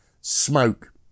Smoke